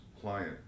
client